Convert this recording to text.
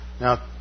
Now